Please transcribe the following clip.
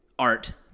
Art